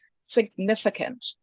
significant